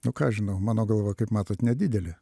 nu ką aš žinau mano galva kaip matot nedidelė